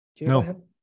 No